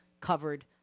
covered